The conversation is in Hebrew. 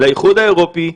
לאיחוד האירופי,